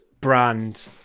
brand